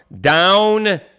down